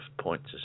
points